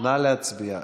נא להצביע.